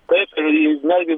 taip tai netgi